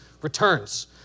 returns